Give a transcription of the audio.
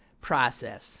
process